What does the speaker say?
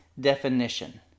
definition